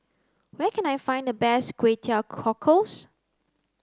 where can I find the best Kway Teow Cockles